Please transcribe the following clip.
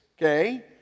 okay